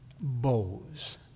bows